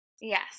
Yes